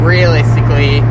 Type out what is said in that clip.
realistically